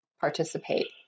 participate